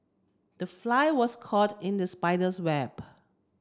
the fly was caught in the spider's web